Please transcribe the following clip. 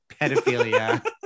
pedophilia